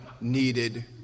needed